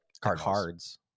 cards